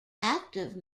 active